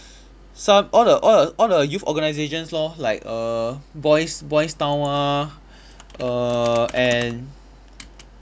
some all the all the all the youth organisations lor like err boys' boys' town ah err and